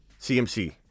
CMC